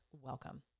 Welcome